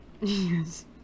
Yes